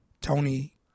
Tony